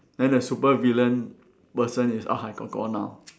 then the supervillain person is Ah Hai kor kor now